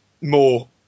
more